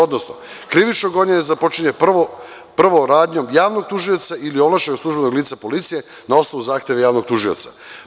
Odnosno, krivično gonjenje započinje prvo radnjom javnog tužioca ili ovlašćenog službenog lica policije na osnovu zahteva javnog tužioca.